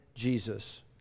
Jesus